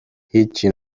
هیچی